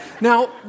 Now